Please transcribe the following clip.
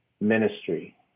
ministry